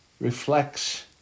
reflects